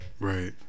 Right